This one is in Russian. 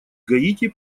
гаити